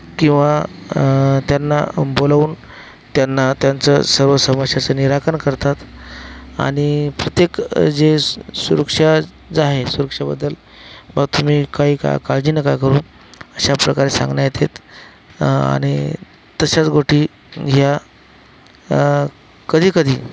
किंवा त्यांना बोलवून त्यांना त्यांचं सर्व समस्यांचं निराकरण करतात आणि प्रत्येक जे स् सुरक्षा आहे सुरक्षेबद्दल बुवा तुम्ही काही का काळजी नका करू अशाप्रकारे सांगण्यात येते आणि तसेच गोष्टी ह्या कधीकधी